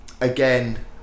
again